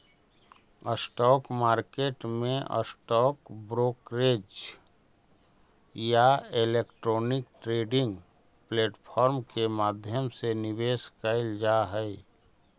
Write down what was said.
stock market में stock brokerage या electronic trading platform के माध्यम से निवेश कैल जा हइ